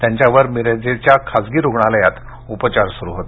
त्यांच्यावर मिरजच्या खासगी रुग्णालयात उपचार सुरू होते